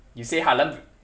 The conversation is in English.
you say harlem